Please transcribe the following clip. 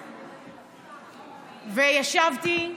ישבתי,